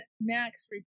Max